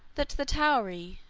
that the tauri,